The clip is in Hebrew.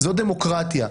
זו דמוקרטיה.